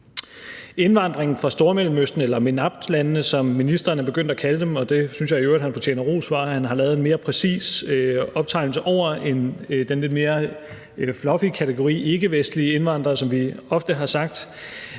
Indvandringen fra Stormellemøsten eller MENAPT-landene, som ministeren er begyndt at kalde dem – og det synes jeg i øvrigt han fortjener ros for, altså at han har lavet en mere præcis optegnelse over den lidt mere fluffy kategori ikkevestlige indvandrere, hvilket vi ofte har sagt